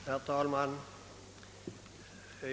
Herr talman!